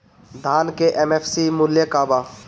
धान के एम.एफ.सी मूल्य का बा?